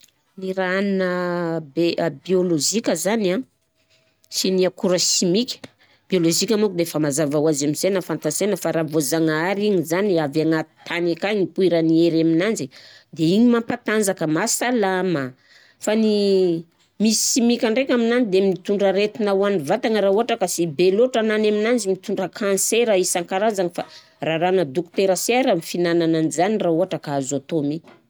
Ny raha hanina be- biôlôzika zany an sy ny akora simika, biôlôzika manko defa mazava oazy amin'ny sena, fantansena fa raha voazanahary zany avy agnaty tany akagny ipoiran'ny hery aminanjy, de igny mampatanjaka mahasalama, fa ny misy simika ndraika aminany de mitondra aretina amin'ny vatagna raha ôhatra ka sy be lohatra nany aminanzy mitondra cancer isankarazagny fa rarana dokotera si ara ny fihinanana an'zany raha ôhatra ka azo atao.